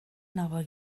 nova